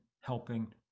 helping